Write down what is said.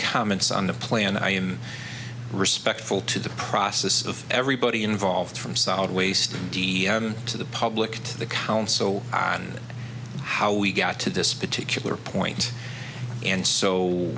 comments on the plan i am respectful to the process of everybody involved from solid waste to the public to the council on how we got to this particular point and so